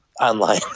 online